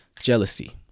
Jealousy